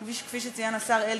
כפי שציין השר אלקין,